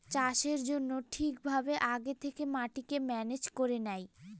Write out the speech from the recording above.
চাষের জন্য ঠিক ভাবে আগে থেকে মাটিকে ম্যানেজ করে নেয়